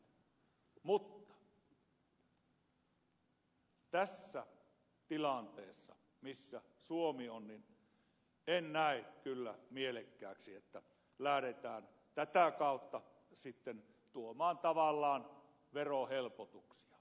mutta tässä tilanteessa missä suomi on en näe kyllä mielekkääksi että lähdetään tätä kautta sitten tuomaan tavallaan verohelpotuksia